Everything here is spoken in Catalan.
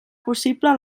possible